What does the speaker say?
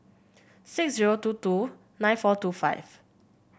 six zero two two nine four two five